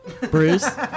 Bruce